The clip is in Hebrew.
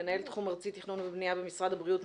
מנהל תחום ארצי תכנון ובנייה במשרד הבריאות,